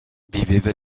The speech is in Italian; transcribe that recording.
viveva